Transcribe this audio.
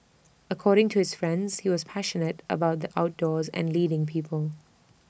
according to his friends he was passionate about the outdoors and leading people